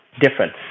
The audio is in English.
difference